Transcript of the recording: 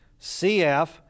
CF